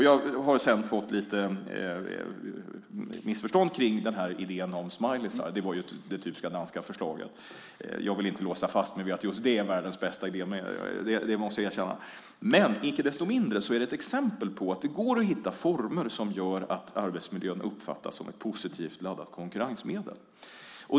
Det har sedan uppstått en del missförstånd om idén med smileys, det typiska danska förslaget. Jag vill inte låsa fast mig vid att just det är världens bästa idé, måste jag erkänna. Icke desto mindre är det ett exempel på att det går att hitta former som gör att arbetsmiljön uppfattas som ett positivt laddat konkurrensmedel.